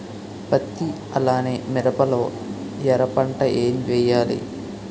పత్తి అలానే మిరప లో ఎర పంట ఏం వేయాలి?